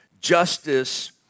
justice